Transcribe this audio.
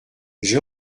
j’ai